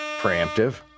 preemptive